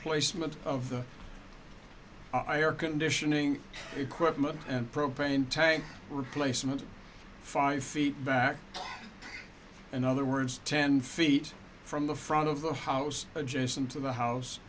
placement of the i r conditioning equipment and propane tank replacement five feet back in other words ten feet from the front of the house adjacent to the house